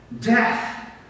death